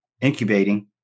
incubating